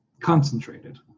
Concentrated